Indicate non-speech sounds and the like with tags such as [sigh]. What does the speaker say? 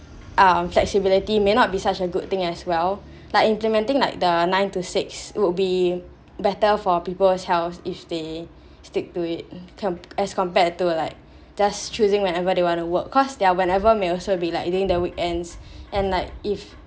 um flexibility may not be such a good thing as well [breath] like implementing like the nine to six would be better for people's health if they [breath] stick to it as compared to like just choosing whenever they want to work cause their whenever may also be like during the weekends [breath] and like if